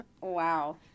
Wow